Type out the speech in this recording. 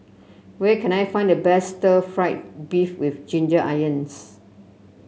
where can I find the best Stir Fried Beef with Ginger Onions